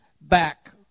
back